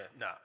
no